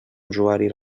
usuari